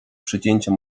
przecięcia